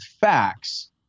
facts